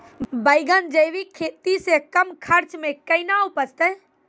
बैंगन जैविक खेती से कम खर्च मे कैना उपजते?